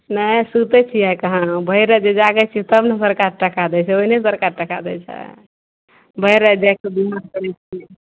नहि सुतय छियै कहाँ हम भरि राति जे जागय छियै तब ने बड़का टाका दै छै ओहिने बड़का टाका दै छै भरि राति जागिकऽ